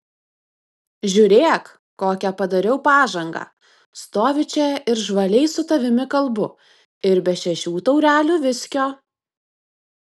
žiūrėk kokią padariau pažangą stoviu čia ir žvaliai su tavimi kalbu ir be šešių taurelių viskio